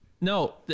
no